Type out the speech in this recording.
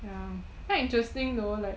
ya quite interesting though like